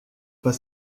pas